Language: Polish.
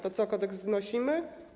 To co, kodeks znosimy?